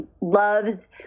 loves